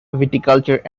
viticulture